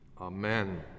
Amen